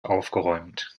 aufgeräumt